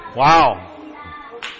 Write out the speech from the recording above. Wow